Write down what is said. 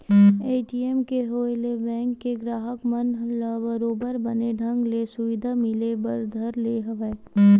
ATM के होय ले बेंक के गराहक मन ल बरोबर बने ढंग ले सुबिधा मिले बर धर ले हवय